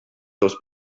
seus